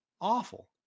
awful